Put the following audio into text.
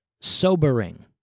sobering